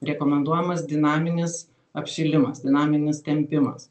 rekomenduojamas dinaminis apšilimas dinaminis tempimas